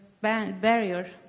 barrier